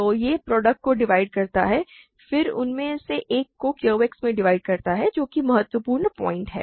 तो यह प्रॉडक्ट को डिवाइड करता है फिर उनमें से एक को QX में डिवाइड करता है जो कि महत्वपूर्ण पॉइन्ट है